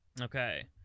Okay